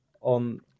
on